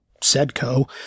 SEDCO